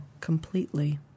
completely